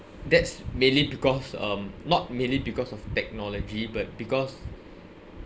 that's mainly because um not merely because of technology but because